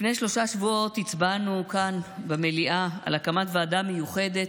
לפני שלושה שבועות הצבענו כאן במליאה על הקמת ועדה מיוחדת,